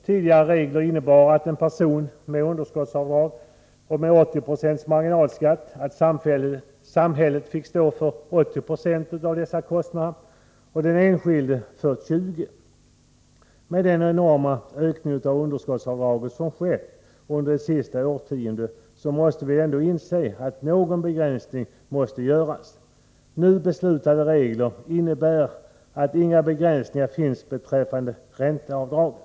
Tidigare regler innebar i fråga om en person med underskottsavdrag och med 80 90 marginalskatt att samhället fick stå för 80 20 av kostnaderna och den enskilde för 20 70. Med hänsyn till den enorma ökning av underskottsavdragen som skett under det senaste årtiondet måste vi ändå inse att någon begränsning måste göras. Nu beslutade regler innebär att inga begränsningar finns beträffande ränteavdragen.